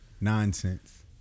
nonsense